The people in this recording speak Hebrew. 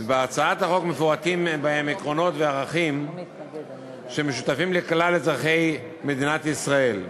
ובהצעת החוק מפורטים עקרונות וערכים שמשותפים לכלל אזרחי מדינת ישראל,